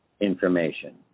information